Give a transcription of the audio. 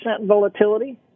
volatility